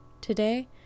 today